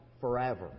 forever